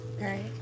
Right